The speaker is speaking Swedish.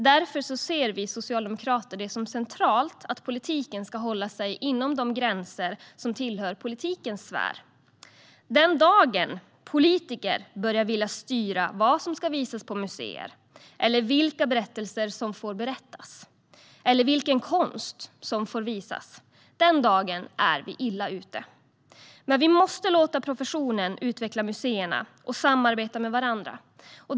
Därför ser vi socialdemokrater det som centralt att politiken ska hålla sig inom de gränser som tillhör politikens sfär. Den dagen politiker börjar vilja styra vad som ska visas på museer eller vilka berättelser som får berättas eller vilken konst som får visas - den dagen är vi illa ute. Men vi måste också låta professionen utveckla museerna och samarbeta med varandra.